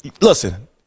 Listen